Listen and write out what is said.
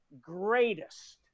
greatest